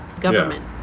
government